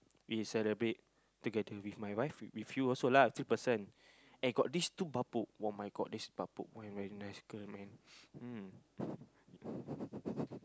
we celebrate together with my wife with you also lah three person and got these two bapok [oh]-my-god these people man wearing nice skirt man mm